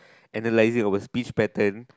analyzing of a speech pattern